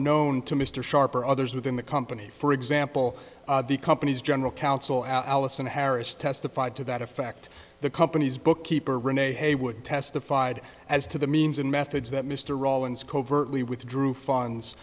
known to mr sharp or others within the company for example the company's general counsel allison harris testified to that effect the company's bookkeeper renee haywood testified as to the means and methods that mr rawlins covertly withdrew